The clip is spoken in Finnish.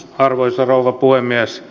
arvoisa rouva puhemies